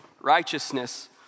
righteousness